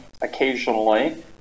occasionally